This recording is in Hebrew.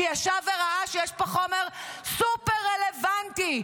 שישב וראה שיש פה חומר סופר רלוונטי,